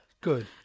good